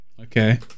Okay